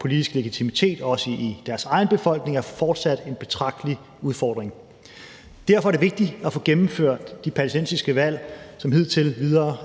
politisk legitimitet, også hos deres egen befolkning, er fortsat en betragtelig udfordring. Derfor er det vigtigt at få gennemført de palæstinensiske valg, som indtil videre